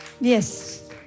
yes